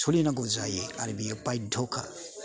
सलिनांगौ जायो आरो बेयो बाध्य'खा